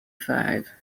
five